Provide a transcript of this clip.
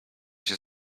się